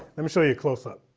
let me show you close up